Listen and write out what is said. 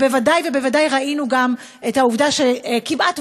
ובוודאי ובוודאי ראינו גם את העובדה שכמעט,